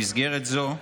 במסגרת זו,